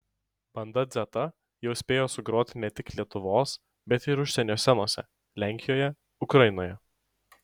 banda dzeta jau spėjo sugroti ne tik lietuvos bet ir užsienio scenose lenkijoje ukrainoje